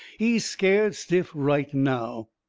he's scared stiff right now.